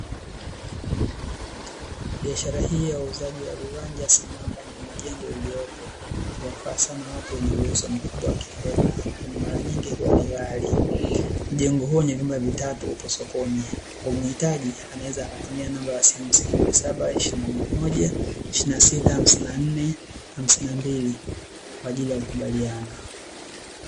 Biashara hii ya uuzaji wa viwanja sambamba na mijengo iliyopo ,huwafaa sana watu wenye uwezo mkubwa wa kifedha kwani mara nyingi huwa ni ghali. Mjengo huo wenye vyumba vitatu upo sokoni kwa muhitaji anaweza kutumia namba ya simu 0721265452 kwa ajili ya kukubaliana.